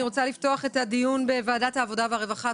אני מתכבדת לפתוח את הדיון בוועדת העבודה והרווחה.